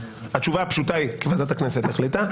התשובה הפשוטה היא כי ועדת הכנסת החליטה,